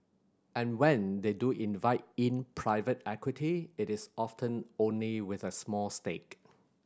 and when they do invite in private equity it is often only with a small stake